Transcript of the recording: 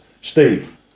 Steve